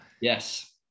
Yes